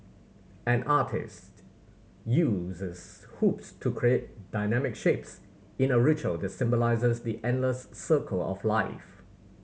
an artiste uses hoops to create dynamic shapes in a ritual that symbolises the endless circle of life